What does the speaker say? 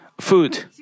food